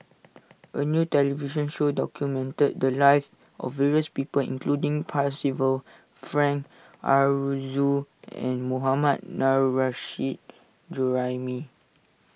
a new television show documented the lives of various people including Percival Frank Aroozoo and Mohammad Nurrasyid Juraimi